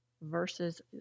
versus